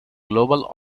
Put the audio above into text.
global